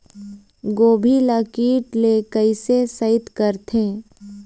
गोभी ल कीट ले कैसे सइत करथे?